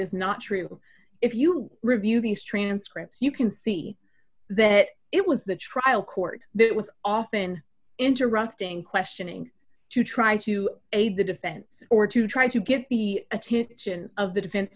is not true if you review these transcripts you can see that it was the trial court that was often interrupting questioning to try to aid the defense or to try to get the attention of the defense